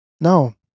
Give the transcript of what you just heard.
No